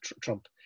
trump